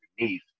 underneath